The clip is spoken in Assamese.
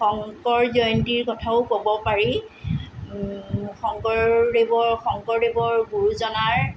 শংকৰ জয়ন্তীৰ কথাও ক'ব পাৰি শংকৰদেৱৰ শংকৰদেৱৰ গুৰুজনাৰ